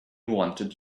wanted